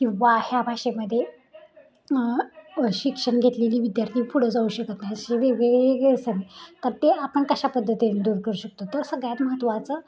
किंवा ह्या भाषेमध्ये शिक्षण घेतलेली विद्यार्थी पुढं जाऊ शकत नाही असे वेगवेगळे गैरसमज तर ते आपण कशा पद्धतीने दूर करू शकतो तर सगळ्यात महत्त्वाचं